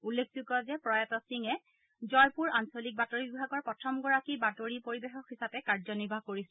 উল্লেখযোগ্য যে প্ৰয়াত সিঙে জয়পুৰ আঞ্চলিক বাতৰি বিভাগৰ প্ৰথমগৰাকী বাতৰি পৰিৱেশক হিচাপে কাৰ্যনিৰ্বাহ কৰিছিল